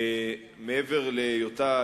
מעבר להיותה,